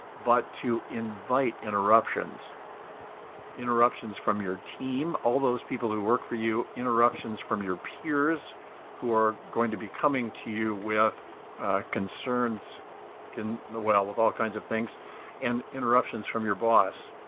but to invite interruptions interruptions from your team, all those people who work for you interruptions from your peers who are going to be coming to you with concerns and well, with all kinds of things and interruptions from your boss.